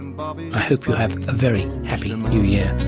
um um i hope you have a very happy um new year